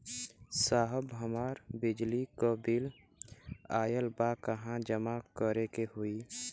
साहब हमार बिजली क बिल ऑयल बा कहाँ जमा करेके होइ?